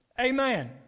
Amen